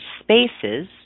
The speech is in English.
spaces